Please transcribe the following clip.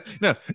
no